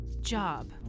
job